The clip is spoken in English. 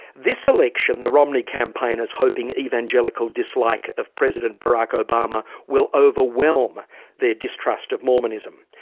this election the romney campaign is hoping evangelical dislike of president barack obama will overwhelm their distrust of mormonism.